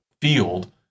field